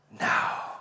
now